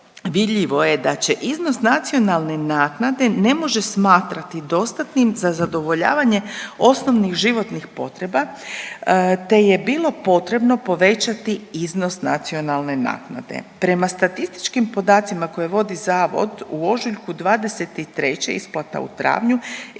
vidljivo je da će iznos nacionalne naknade ne može smatrati dostatnim za zadovoljavanje osnovnih životnih potreba te je bilo potrebno povećati iznos nacionalne naknade. Prema statističkim podacima koje vodi zavod u ožujku '23. isplata u travnju